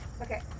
Okay